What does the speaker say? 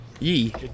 Yee